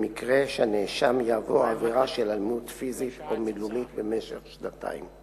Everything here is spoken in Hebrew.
למקרה שהנאשם יעבור עבירה של אלימות פיזית או מילולית במשך שנתיים.